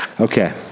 Okay